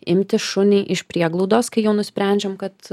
imti šunį iš prieglaudos kai jau nusprendžiam kad